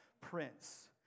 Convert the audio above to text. Prince